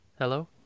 Hello